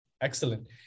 Excellent